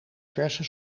verse